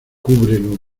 cúbrelo